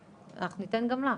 אנחנו ניתן גם לך.